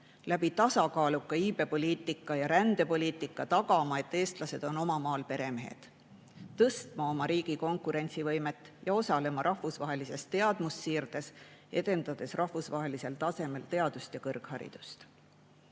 eest, tasakaaluka iibepoliitika ja rändepoliitikaga tagama, et eestlased on oma maal peremehed, tõstma oma riigi konkurentsivõimet ja osalema rahvusvahelises teadmussiirdes, edendades rahvusvahelisel tasemel teadust ja kõrgharidust.